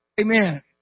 Amen